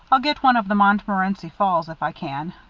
i'll get one of the montmorency falls, if i can.